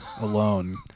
alone